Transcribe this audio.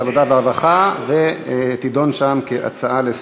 22, מתנגד אחד, אין נמנעים.